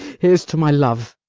here's to my love!